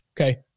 Okay